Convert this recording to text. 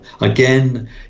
Again